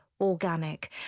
organic